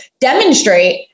demonstrate